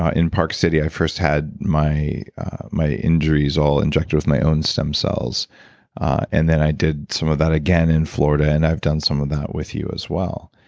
ah in park city i first had my my injuries all injected with my own stem cells and then i did some of that again in florida and i've done some of that with you as well.